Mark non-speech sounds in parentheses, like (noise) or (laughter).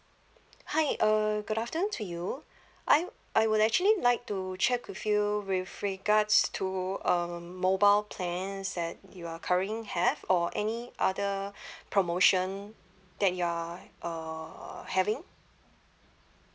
hi uh good afternoon to you I I would actually like to check with you with regards to um mobile plans that you are currently have or any other (breath) promotion that you are uh having